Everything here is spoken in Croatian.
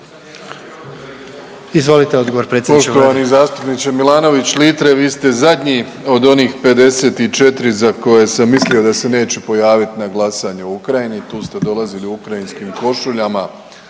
Izvolite odgovor predsjedniče